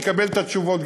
יקבל גם את התשובות.